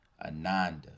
Ananda